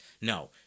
No